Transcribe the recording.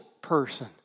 person